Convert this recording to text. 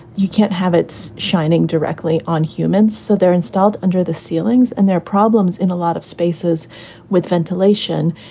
you can't have it's shining directly on humans. so they're installed under the ceilings and their problems in a lot of spaces with ventilation.